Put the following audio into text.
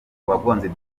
uwagonze